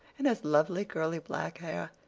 and has lovely, curly, black hair.